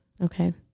Okay